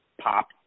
pop